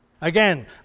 Again